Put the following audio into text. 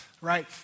right